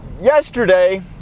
yesterday